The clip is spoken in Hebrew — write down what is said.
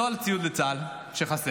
לא על ציוד לצה"ל שחסר,